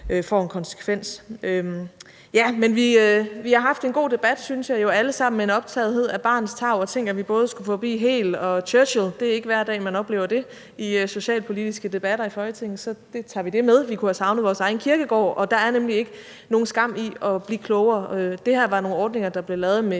får en konsekvens. Jamen vi har haft en god debat, synes jeg jo, hvor vi alle sammen har haft en optagethed af barnets tarv. Og tænk, at vi både skulle forbi Hegel og Churchill – det er ikke hver dag, man oplever det i socialpolitiske debatter i Folketinget. Det tager vi med, og vi kunne have savnet vores egen Kierkegaard. Der er nemlig ikke nogen skam i at blive klogere. Det her var nogle ordninger, der blev lavet med